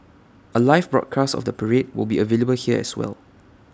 A live broadcast of the parade will be available here as well